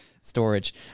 storage